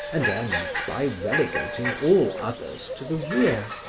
and ends by relegating all others to the rear.